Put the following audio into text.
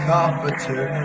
Comforter